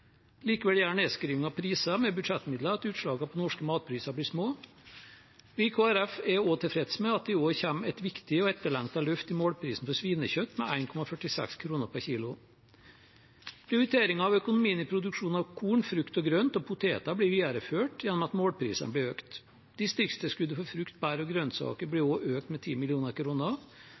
Likevel gjør nedskriving av priser med budsjettmidler at utslaget på norske matpriser blir små. Vi i Kristelig Folkeparti er også tilfreds med at det i år kommer et viktig og etterlengtet løft i målprisen for svinekjøtt, med 1,46 kr per kilo. Prioritering av økonomien i produksjon av korn, frukt og grønt og poteter blir videreført gjennom at målprisene blir økt. Distriktstilskuddet for frukt, bær og grønnsaker blir også økt med